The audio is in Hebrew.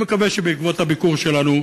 אני מקווה שבעקבות הביקור שלנו